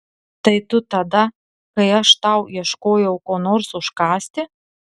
tai tu tada kai aš tau ieškojau ko nors užkąsti